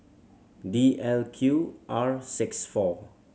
D L Q R six four